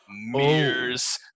mirrors